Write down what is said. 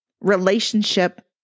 relationship